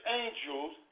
angels